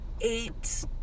eight